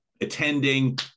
attending